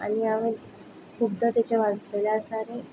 आनी हांवेन तांचे वाचतलें आसा रे